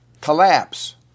collapse